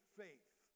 faith